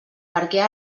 perquè